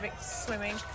swimming